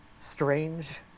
strange